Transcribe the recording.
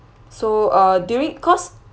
so uh during cause